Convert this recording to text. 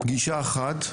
גישה אחת,